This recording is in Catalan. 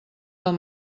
del